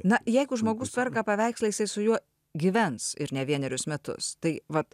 na jeigu žmogus perka paveikslą jisai su juo gyvens ir ne vienerius metus tai vat